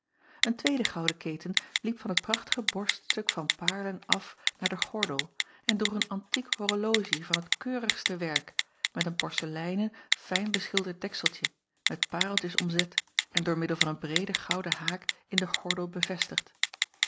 en tweede gouden keten liep van het prachtige borststuk van paarlen af naar den gordel en droeg een antiek horologie van t keurigste werk met een porceleinen fijn beschilderd dekseltje met pareltjes omzet en door middel van een breeden gouden haak in den gordel bevestigd